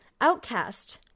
Outcast